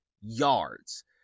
yards